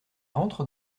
rentre